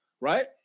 Right